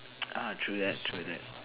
ah true that true that